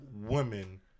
women